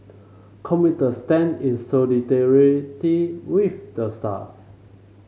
commuter stand in solidarity with the staff